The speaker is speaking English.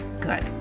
good